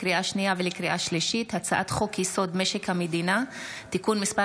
לקריאה שנייה ולקריאה שלישית: הצעת חוק-יסוד: משק המדינה (תיקון מס'